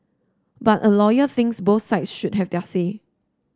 but a lawyer thinks both sides should have their say